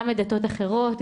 גם לדתות אחרות,